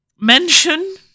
mention